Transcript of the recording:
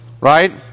right